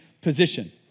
position